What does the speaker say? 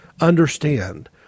understand